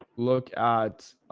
look at,